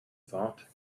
thought